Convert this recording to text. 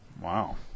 wow